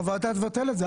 והוועדה תבטל את זה.